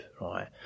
right